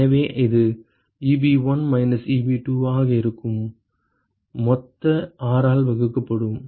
எனவே அது Eb1 minus Eb2 ஆக இருக்கும் மொத்த R ஆல் வகுக்கப்படும்